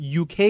UK